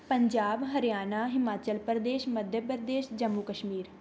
Punjab Haryana Himachal Pradesh Madhya Pradesh Jammu Kashmir